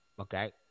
Okay